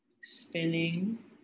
spinning